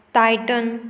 Titan